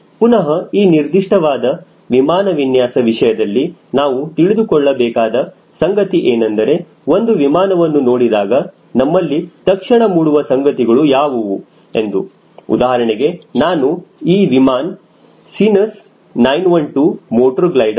ಪುನಹ ಈ ನಿರ್ದಿಷ್ಟವಾದ ವಿಮಾನ ವಿನ್ಯಾಸ ವಿಷಯದಲ್ಲಿ ನಾವು ತಿಳಿದುಕೊಳ್ಳಬೇಕಾದ ಸಂಗತಿ ಏನೆಂದರೆ ಒಂದು ವಿಮಾನವನ್ನು ನೋಡಿದಾಗ ನಮ್ಮಲ್ಲಿ ತಕ್ಷಣ ಮೂಡುವ ಸಂಗತಿಗಳು ಯಾವುವು ಎಂದು ಉದಾಹರಣೆಗೆ ನಾನು ಈ ವಿಮಾನ ಸೀನಸ್ 912 ಮೋಟರ್ ಗ್ಲೈಡರ್